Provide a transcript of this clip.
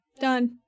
Done